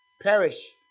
Perish